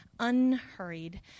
unhurried